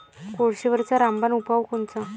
कोळशीवरचा रामबान उपाव कोनचा?